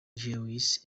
jewish